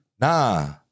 nah